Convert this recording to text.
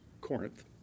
Corinth